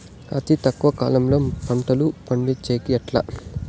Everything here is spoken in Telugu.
అతి తక్కువ కాలంలో పంటలు పండించేకి ఎట్లా?